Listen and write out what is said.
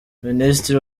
minisitiri